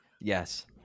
Yes